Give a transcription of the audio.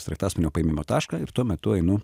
sraigtasparnio paėmimo tašką ir tuo metu einu